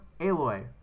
Aloy